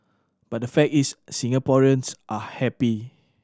but the fact is Singaporeans are happy